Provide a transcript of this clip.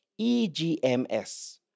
EGMS